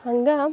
ಹಂಗೆ